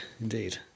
indeed